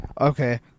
Okay